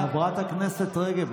חברת הכנסת רגב,